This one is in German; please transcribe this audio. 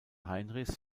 heinrichs